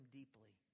deeply